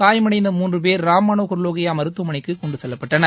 காயமடைந்த மூன்று பேர் ராம் மனோகர் லோகியா மருத்துவமனைக்கு கொண்டு செல்லப்பட்டனர்